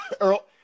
Earl